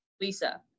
Lisa